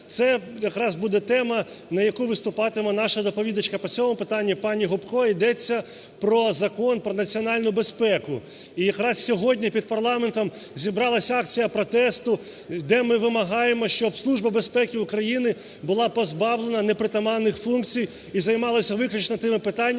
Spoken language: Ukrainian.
це якраз буде тема, на яку виступатиме наша доповідачка по цьому питанню пані Гопко, йдеться про Закон про національну безпеку. І якраз сьогодні під парламентом зібралася акція протесту, де ми вимагаємо, щоб Служба безпеки України була позбавлена непритаманних функцій і займалася виключно тими питаннями,